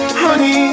honey